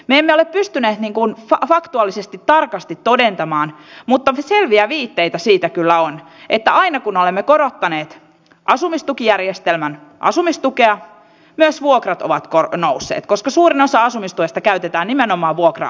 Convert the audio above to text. me emme ole pystyneet faktuaalisesti tarkasti todentamaan mutta selviä viitteitä siitä kyllä on että aina kun olemme korottaneet asumistukijärjestelmän asumistukea myös vuokrat ovat nousseet koska suurin osa asumistuesta käytetään nimenomaan vuokra asumisen kustannuksiin